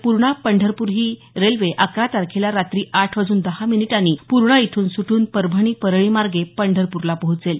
पूर्णा पंढरपूर ही रेल्वे अकरा तारखेला रात्री आठ वाजून दहा मिनीटांनी पूर्णा इथून सुटून परभणी परळी मार्गे पंढरपूरला पोहचेल